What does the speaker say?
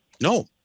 No